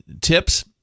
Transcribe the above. tips